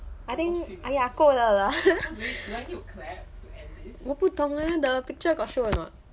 I think !aiya! 够了 lah 我不懂 leh the picture got show or not